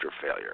failure